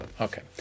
Okay